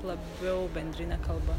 labiau bendrine kalba